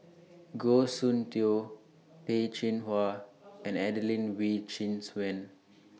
Goh Soon Tioe Peh Chin Hua and Adelene Wee Chin Suan